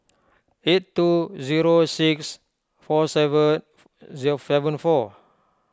eight two zero six four seven zero seven four